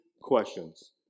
questions